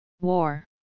War